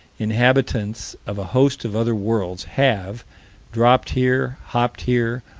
inhabitants of a host of other worlds have dropped here, hopped here,